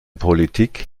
politik